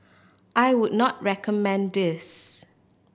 I would not recommend this